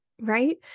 Right